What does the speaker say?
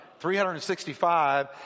365